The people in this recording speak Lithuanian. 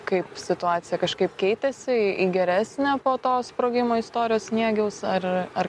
kaip situacija kažkaip keitėsi į geresnę po to sprogimo istorijos sniegiaus ar ar